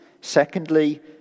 Secondly